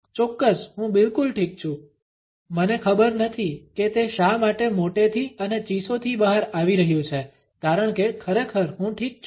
ચોક્કસ હું બિલકુલ ઠીક છું મને ખબર નથી કે તે શા માટે મોટેથી અને ચીસોથી બહાર આવી રહ્યુ છે કારણ કે ખરેખર હું ઠીક છું